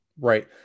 Right